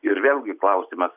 ir vėlgi klausimas